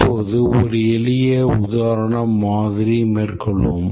இப்போது ஒரு எளிய உதாரண மாதிரி மேற்கொள்வோம்